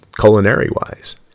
culinary-wise